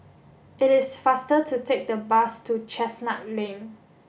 it is faster to take the bus to Chestnut Lane